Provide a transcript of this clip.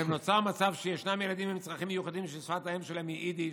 ובהם נוצר מצב שישנם ילדים עם צרכים מיוחדים ששפת האם שלהם היא יידיש,